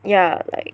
ya like